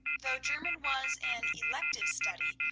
though german was an elective study,